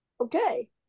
Okay